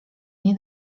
nie